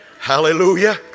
Hallelujah